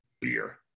beer